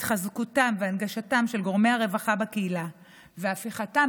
התחזקותם והנגשתם של גורמי הרווחה בקהילה והפיכתם